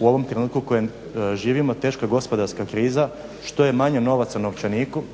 u ovom trenutku u kojem živimo teška je gospodarska kriza, što je manje novaca u novčaniku,